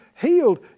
healed